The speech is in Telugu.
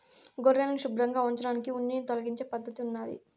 గొర్రెలను శుభ్రంగా ఉంచడానికి ఉన్నిని తొలగించే పద్ధతి ఉన్నాది